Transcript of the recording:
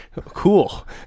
Cool